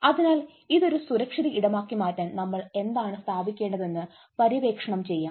അതിനാൽ ഇതൊരു സുരക്ഷിത ഇടമാക്കി മാറ്റാൻ നമ്മൾ എന്താണ് സ്ഥാപിക്കേണ്ടതെന്ന് പര്യവേക്ഷണം ചെയ്യാം